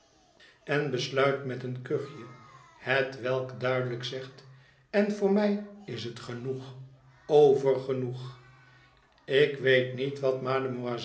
en besluit met een kuchje hetwelk duidelijk zegt en voor mij is het genoeg overgenoeg ik weet niet wat mademoiselle